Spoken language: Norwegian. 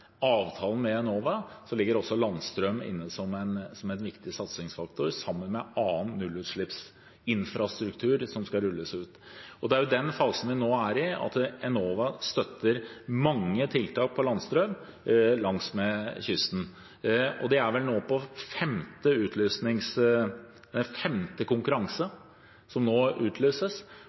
avtalen med Enova ligger også landstrøm inne som en viktig satsingsfaktor sammen med annen nullutslippsinfrastruktur som skal rulles ut. Og det er jo den fasen vi nå er i, at Enova støtter mange tiltak til landstrøm langs kysten. Det er femte konkurranse som nå utlyses, og det er klart at det også vil komme en sjette og en sjuende konkurranse.